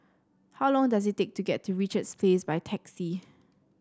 how long does it take to get to Richards Place by taxi